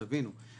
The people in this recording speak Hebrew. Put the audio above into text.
אז תבינו שאנחנו,